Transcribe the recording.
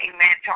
Amen